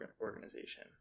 organization